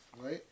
right